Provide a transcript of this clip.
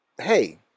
hey